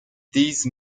these